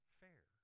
fair